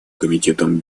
комитетом